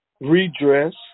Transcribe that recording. redress